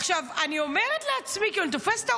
עכשיו, אני אומרת לעצמי,